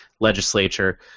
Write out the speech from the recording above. legislature